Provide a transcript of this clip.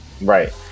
Right